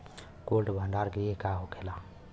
Cold भण्डार गृह का होखेला?